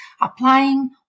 applying